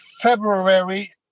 February